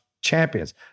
champions